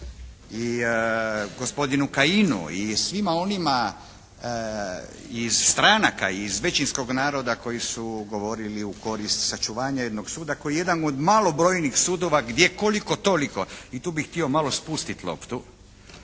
i gospodinu Kajinu i svima onima iz stranaka, iz većinskog naroda koji su govorili u korist sačuvanja jednog suda koji je jedan od malobrojnih sudova gdje koliko toliko, i tu bih htio malo spustiti loptu,